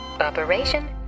Operation